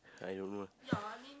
I don't know